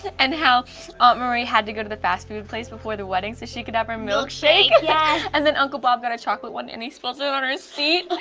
and how aunt marie had to go to the fast food place before the wedding so she could have her milkshake. yeah. and then uncle bob got a chocolate one, and he spills it on her seat,